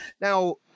Now